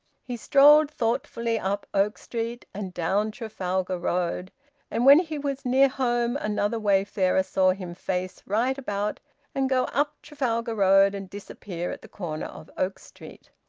he strolled thoughtfully up oak street, and down trafalgar road and when he was near home, another wayfarer saw him face right about and go up trafalgar road and disappear at the corner of oak street.